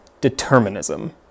determinism